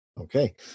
Okay